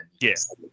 Yes